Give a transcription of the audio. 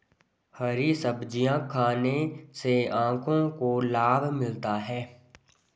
हरी सब्जियाँ खाने से आँखों को लाभ मिलता है